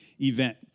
event